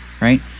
right